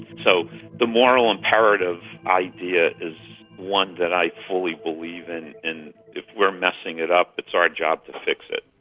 so the moral imperative idea is one that i fully believe in, and if we are messing it up, it's our job to fix it.